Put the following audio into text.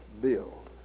build